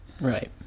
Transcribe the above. Right